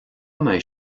mbeidh